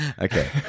Okay